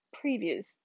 previous